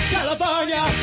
California